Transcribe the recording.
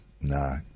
no